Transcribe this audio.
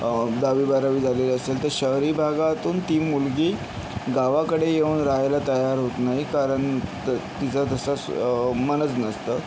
दहावी बारावी झालेली असेल तर शहरी भागातून ती मुलगी गावाकडे येऊन राहायला तयार होत नाही कारण तिचा तसा स्व मनच नसतं